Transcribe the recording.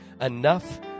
enough